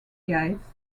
guides